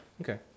Okay